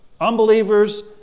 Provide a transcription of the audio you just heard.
unbelievers